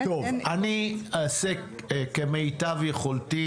אני אעשה כמיטב יכולתי.